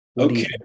okay